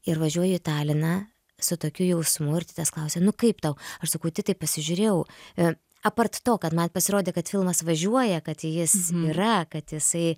ir važiuoju į taliną su tokiu jausmu ir titas klausia nu kaip tau aš sakau titai pasižiūrėjau ir apart to kad man pasirodė kad filmas važiuoja kad jis yra kad jisai